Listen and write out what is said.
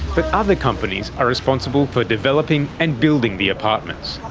but other companies are responsible for developing and building the apartments.